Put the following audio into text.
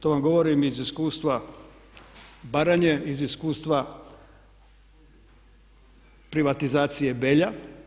To vam govorim iz iskustva Baranje, iz iskustva privatizacije Belja.